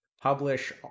publish